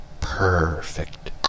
perfect